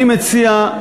אני מציע,